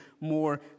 more